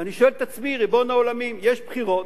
ואני שואל את עצמי: ריבון העולמים, יש בחירות,